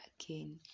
again